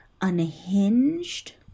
unhinged